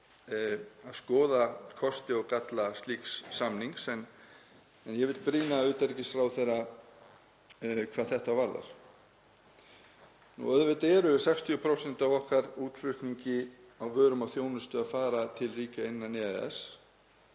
að skoða kosti og galla slíks samnings. En ég vil brýna utanríkisráðherra hvað þetta varðar. Auðvitað eru 60% af okkar útflutningi á vörum og þjónustu að fara til ríkja innan EES en